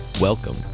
Welcome